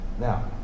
Now